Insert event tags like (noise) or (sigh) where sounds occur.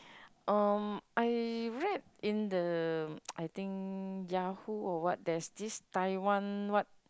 um I read in the (noise) I think Yahoo or what there's this Taiwan what